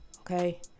Okay